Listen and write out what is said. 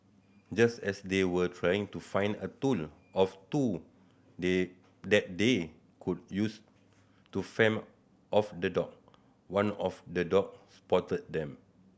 just as they were trying to find a tool of two they that they could use to fend off the dog one of the dog spotted them